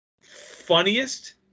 funniest